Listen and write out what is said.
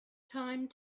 time